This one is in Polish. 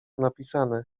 napisane